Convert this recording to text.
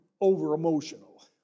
over-emotional